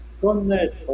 connaître